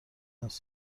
است